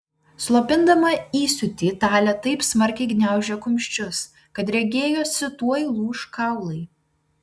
slopindama įsiūtį talė taip smarkiai gniaužė kumščius kad regėjosi tuoj lūš kaulai